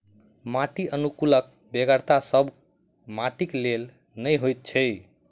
माटि अनुकुलकक बेगरता सभ माटिक लेल नै होइत छै